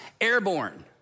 airborne